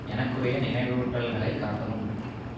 எனக்குரிய நினைவூட்டல்களைக் காட்டவும்